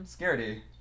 scaredy